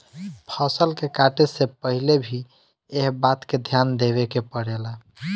फसल के काटे से पहिले भी एह बात के ध्यान देवे के पड़ेला